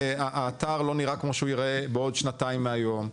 האתר עדיין לא נראה כמו שהוא ייראה בעוד שנתיים מהיום.